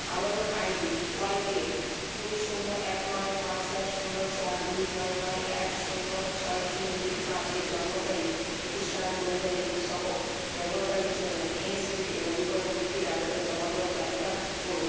আবেদন ID Y K দুই শুন্য এক নয় পাঁচ এক শুন্য চার দুই নয় নয় এক শুন্য ছয় তিন দুই পাঁচে জন্ম তারিখ একুশ সাত দু হাজার একুশ সহ ব্যবহারকারীর জন্য এন এস পিতে নবীকরণ বৃত্তির আবেদন জমা দেওয়ার তালিকা করুন